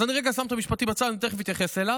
אז אני רגע שם את המשפטי בצד, תכף אתייחס אליו,